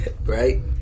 Right